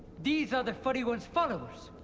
these are the furry one's followers.